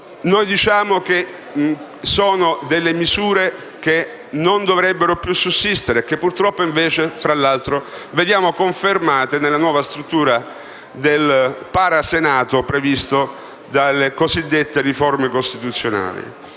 noi diciamo che si tratta di misure che non dovrebbero più sussistere e che purtroppo, invece, tra l'altro, vediamo confermate nella nuova struttura del "paraSenato" previsto dalle cosiddette riforme costituzionali.